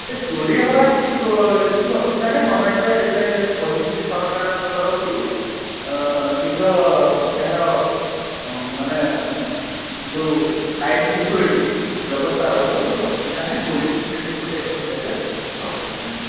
ହେ ଚୋରି ହେବା କିଛି କିଛି ଅସୁବିଧା ନାହିଁ ଗଭର୍ଣ୍ଣମେଣ୍ଟରେ ଏବେ କହିଛି ଯେ ଏବେ ସରକାରଙ୍କ ତରଫରୁ ଶୀଘ୍ର ଏହାର ଅ ମାନେ ଯେଉଁ ଟାଇଟ୍ ସିକ୍ୟୁରିଟି ରହିଛି ବ୍ୟବସ୍ଥା ରହିବ କିଛି ଅସୁବିଧା ନାହିଁ ପୋଲିସ ବି ସେଠି ପ୍ରୋଟେକ୍ସନ୍ ଦେବେ କିଛି ଅସୁବିଧା ନାହିଁ